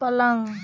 पलंग